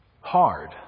hard